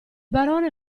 barone